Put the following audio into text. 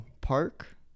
park